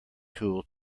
tool